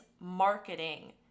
marketing